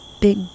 big